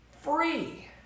free